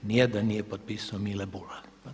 Ni jedan nije potpisao Mile Budak.